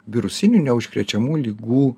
virusinių neužkrečiamų ligų